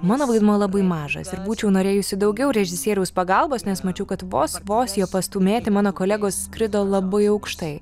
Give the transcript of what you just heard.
mano vaidmuo labai mažas ir būčiau norėjusi daugiau režisieriaus pagalbos nes mačiau kad vos vos jo pastūmėti mano kolegos skrido labai aukštai